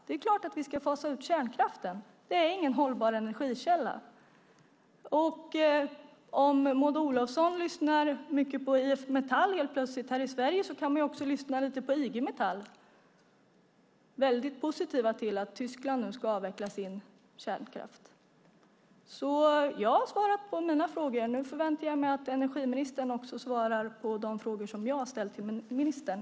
Det är klart att vi ska fasa ut kärnkraften; den är ingen hållbar energikälla. Om Maud Olofsson plötsligt lyssnar mycket på IF Metall här i Sverige kan hon också lyssna lite på IG Metall, som är positiva till att Tyskland ska avveckla sin kärnkraft. Jag har svarat på frågorna, och nu förväntar jag mig att energiministern svarar på de frågor som jag har ställt till ministern.